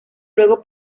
luego